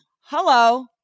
Hello